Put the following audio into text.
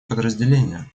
подразделения